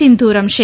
સીંધુ રમશે